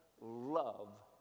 love